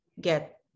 get